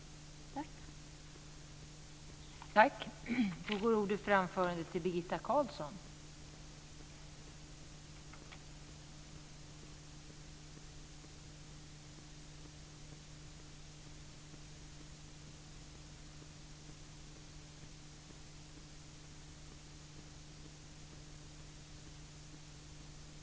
Tack!